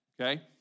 okay